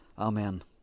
Amen